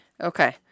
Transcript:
Okay